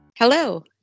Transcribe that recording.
Hello